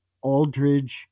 Aldridge